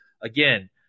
again